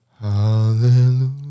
Hallelujah